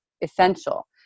essential